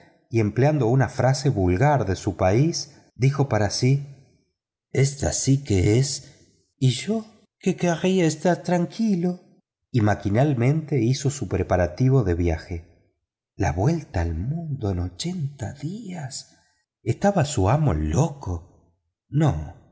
y empleando una frase vulgar de su país dijo para sí esto sí que es yo que quería estar tranquilo y maquinalmente hizo sus preparativos de viaje la vuelta al mundo en ochenta días estaba su amo loco no